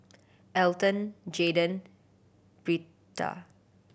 Elton Jaydan Britta